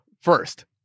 first